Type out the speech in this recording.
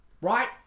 Right